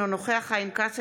אינו נוכח חיים כץ,